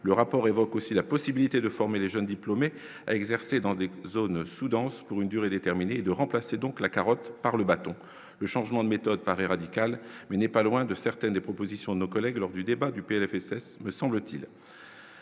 le rapport évoque aussi la possibilité de former les jeunes diplômés exercer dans des qu'zone sous-dense pour une durée déterminée de remplacer donc la carotte par le bâton, le changement de méthode Paris radical mais n'est pas loin de certaines des propositions nos collègues lors du débat du PLFSS me semble-t-il.